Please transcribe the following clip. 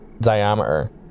diameter